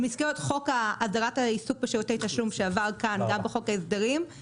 במסגרת חוק הסדרת העיסוק בשירותי תשלום שעבר כאן גם בחוק ההסדרים,